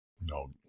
No